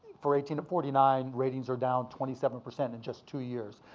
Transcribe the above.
for eighteen to forty nine, ratings are down twenty seven percent in just two years.